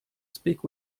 speak